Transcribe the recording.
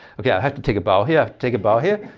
okay i have to take a bow here, take a bow here.